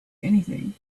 anything